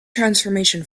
transformation